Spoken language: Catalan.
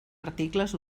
articles